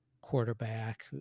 quarterback